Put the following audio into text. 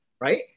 right